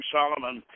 Solomon